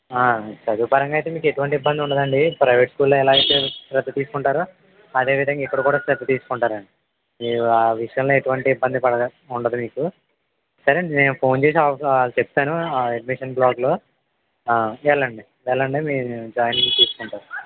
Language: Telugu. ఆ చదువు పరంగా అయితే మీకు ఎటువంటి ఇబ్బంది ఉండదండి ప్రైవేట్ స్కూల్లో ఎలాగైతే శ్రద్ధ తీసుకుంటారో అదే విధంగా ఇక్కడ కూడా శ్రద్ధ తీసుకుంటారండి ఆ విషయంలో ఎటువంటి ఇబ్బంది పడ ఉండదు మీకు సరేనండి నేను ఫోన్ చేసి ఆ ఆళ్ళ చెప్పాను ఆ అడ్మిషన్స్ బ్లాక్లో వెళ్ళండి వెళ్ళండి మీ జాయినింగ్ తీసుకుంటారు